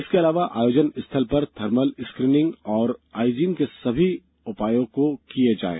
इसके अलावा आयोजनों स्थल पर थर्मल स्क्रीनिंग और आईजीन के सभी उपाय किये जाने चाहिए